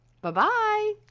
Bye-bye